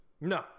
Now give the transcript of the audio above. No